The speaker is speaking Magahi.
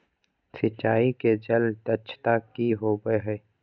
सिंचाई के जल दक्षता कि होवय हैय?